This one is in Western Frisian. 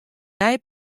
nij